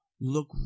Look